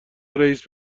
رئیس